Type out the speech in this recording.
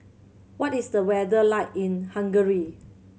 what is the weather like in Hungary